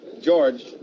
George